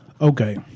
okay